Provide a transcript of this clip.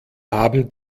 haben